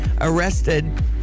arrested